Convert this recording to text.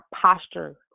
posture